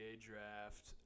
draft